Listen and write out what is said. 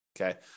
Okay